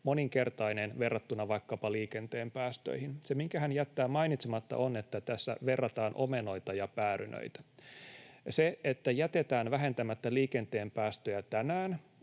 moninkertainen verrattuna vaikkapa liikenteen päästöihin. Se, minkä hän jättää mainitsematta, on, että tässä verrataan omenoita ja päärynöitä. Se, että jätetään vähentämättä liikenteen päästöjä tänään,